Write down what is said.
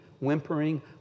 whimpering